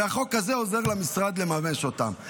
והחוק הזה עוזר למשרד לממש אותם.